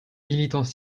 militants